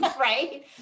Right